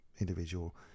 individual